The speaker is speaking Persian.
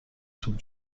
توپ